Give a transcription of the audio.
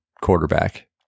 quarterback